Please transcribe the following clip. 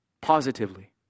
Positively